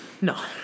No